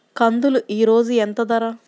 కందులు ఈరోజు ఎంత ధర?